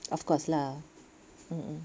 of course lah mm